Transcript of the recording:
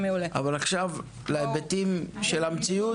אבל עכשיו להיבטים של המציאות.